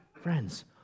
Friends